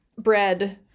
bread